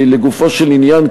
לגופו של עניין,